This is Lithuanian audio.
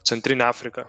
centrinę afriką